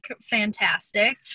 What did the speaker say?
fantastic